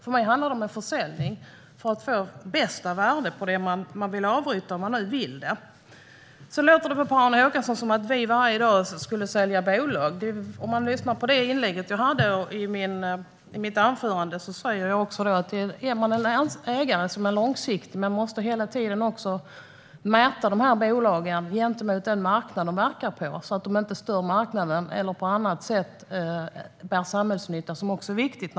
För mig handlar det om en försäljning för att få bästa värde på det man vill avyttra, om man nu vill det. Det låter på Per-Arne Håkansson som att vi skulle sälja bolag varje dag. Den som lyssnade på mitt anförande hörde att jag säger att man är en ägare som är långsiktig, men man måste också hela tiden mäta bolagen gentemot den marknad de verkar på så att de inte stör marknaden eller på annat sätt inte bär samhällsnytta. Det är också viktigt.